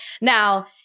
Now